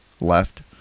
left